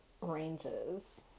ranges